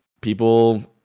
people